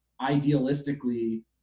idealistically